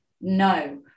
no